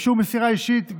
עם אישור מסירה אישית,